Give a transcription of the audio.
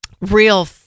real